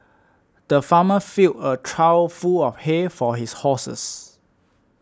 the farmer filled a trough full of hay for his horses